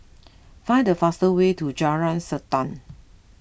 find the fastest way to Jalan Srantan